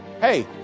hey